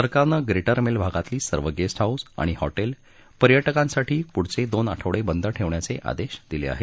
सरकारनं ग्रेटर मेल भागातले सर्व गेस्ट हाऊस आणि हॉटेल्स पर्यटकांसाठी पुढील दोन आठवडे बंद ठेवण्याचे आदेश दिले आहेत